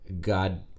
God